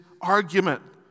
argument